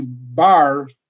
bar